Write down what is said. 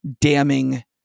damning